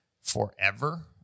forever